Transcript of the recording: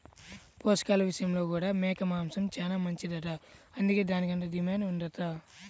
పోషకాల విషయంలో కూడా మేక మాంసం చానా మంచిదంట, అందుకే దానికంత డిమాండ్ ఉందంట